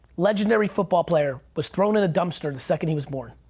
legendary football player was thrown in a dumpster the second he was born.